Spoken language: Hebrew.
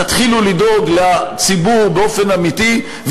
תתחילו לדאוג לציבור באופן אמיתי.